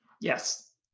Yes